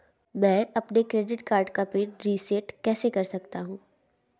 मैं अपने credit card का पिन रिसेट कैसे कर सकता हूँ?